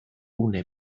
gune